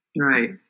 Right